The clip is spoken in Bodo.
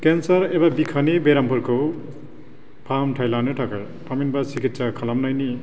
केन्सार एबा बिखानि बेरामफोरखौ फाहामथाय लानो थाखाय थामहिनबा सिकित्सा खालामनायनि